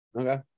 Okay